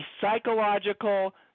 psychological